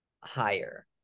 higher